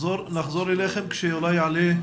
נחזור אליכם כשהוא יעלה.